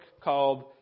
called